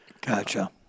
Gotcha